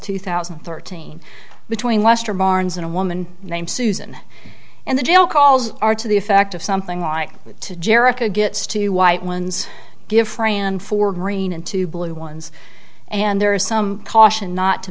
two thousand and thirteen between lester barnes and a woman named susan and the jail calls are to the effect of something like to jericho gets to white ones give fran for green and two blue ones and there is some caution not to